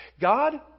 God